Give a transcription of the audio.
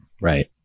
Right